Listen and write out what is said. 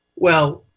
well,